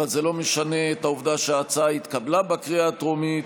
אבל זה לא משנה את העובדה שההצעה התקבלה בקריאה הטרומית,